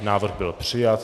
Návrh byl přijat.